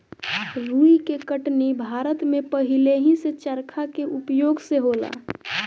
रुई के कटनी भारत में पहिलेही से चरखा के उपयोग से होला